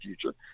future